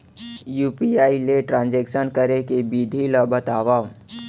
UPI ले transaction करे के विधि ला बतावव?